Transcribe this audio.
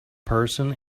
person